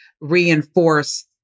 reinforce